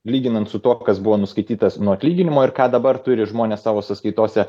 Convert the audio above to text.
lyginant su tuo kas buvo nuskaitytas nuo atlyginimo ir ką dabar turi žmonės savo sąskaitose